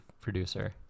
producer